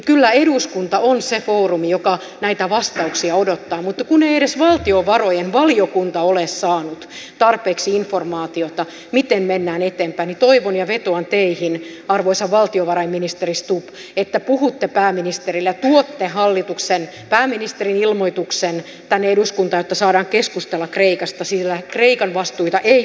kyllä eduskunta on se foorumi joka näitä vastauksia odottaa mutta kun ei edes valtiovarainvaliokunta ole saanut tarpeeksi informaatiota miten mennään eteenpäin niin toivon ja vetoan teihin arvoisa valtiovarainministeri stubb että puhutte pääministerille ja tuotte pääministerin ilmoituksen tänne eduskuntaan jotta saadaan keskustella kreikasta sillä kreikan vastuita ei pidä laajentaa